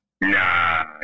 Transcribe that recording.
Nah